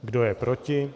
Kdo je proti?